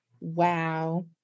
Wow